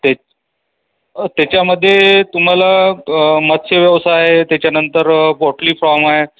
ते त्याच्यामध्ये तुम्हाला मत्स्य व्यवसाय आहेत्याच्यानंतर पोर्टली फाम आहे